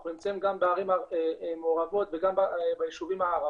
אנחנו נמצאים גם בערים מעורבות וגם ביישובים הערביים.